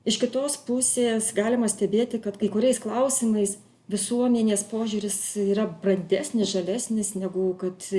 iš kitos pusės galima stebėti kad kai kuriais klausimais visuomenės požiūris yra brandesnis žalesnis negu kad